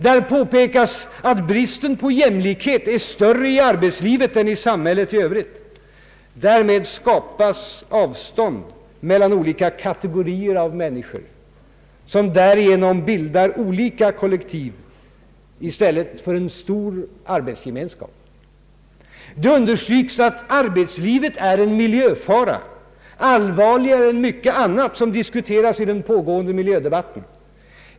Det har påpekats att bristen på jämlikhet är större i arbetslivet än i samhället i övrigt. Därmed skapas avstånd mellan olika kategorier av människor, som därigenom bildar olika kollektiv i stället för en stor arbetsgemenskap. Det understryks att arbetslivet är en miljöfara, allvarligare än mycket annat som diskuteras i den pågående miljödebatten.